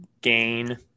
gain